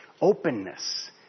openness